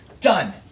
Done